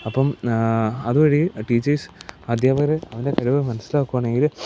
അപ്പം അത് വഴി ടീച്ചേഴ്സ് അധ്യാപകർ അവൻ്റെ കഴിവ് മനസ്സിലാക്കുകയാണെങ്കിൽ